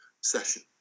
session